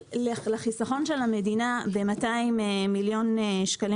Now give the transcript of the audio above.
במקביל לחיסכון של המדינה ב-200 מיליון שקלים